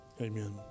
amen